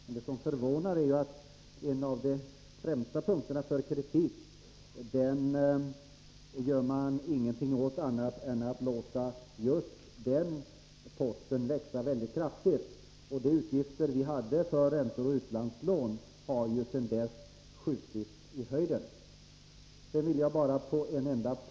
Men det som förvånar är att man på den punkt som förts fram som en av de främsta i kritiken mot de borgerliga regeringarna inte gör någonting annat än låter just denna post växa väldigt kraftigt. De utgifter vi hade för räntor och utlandslån har ju sedan socialdemokraterna tillträdde skjutit i höjden.